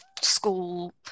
school